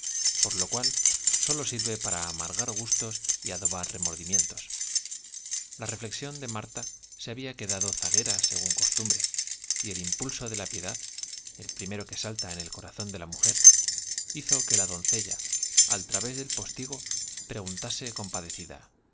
por lo cual sólo sirve para amargar gustos y adobar remordimien tos la reflexión de marta se había quedado zaguera según costumbre y el impulso de la piedad el pri mero que salta en el corazón de la mujer hizo que la doncella al través del postigo preguntase cornpade'cicla